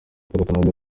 ahagaragara